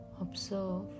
observe